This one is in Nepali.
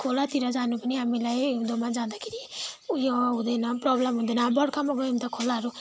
खोलातिर जानु पनि हामीलाई हिउँदोमा जाँदाखेरि ऊ यो हुँदैन प्रबलेम हुँदैन बर्खामा गयो भने त खोलाहरू